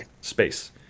space